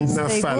נפל.